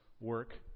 work